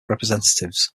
representatives